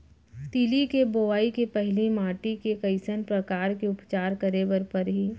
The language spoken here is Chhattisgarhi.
तिलि के बोआई के पहिली माटी के कइसन प्रकार के उपचार करे बर परही?